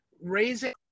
raising